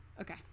okay